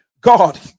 god